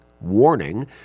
warning